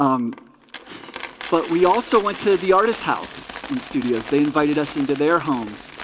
um but we also went to the artist house and studios they invited us into their homes